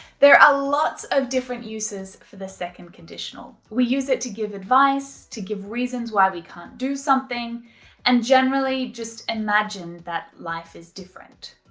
there are ah lots of different uses for the second conditional. we use it to give advice, to give reasons why we can't do something and generally just imagine that life is different.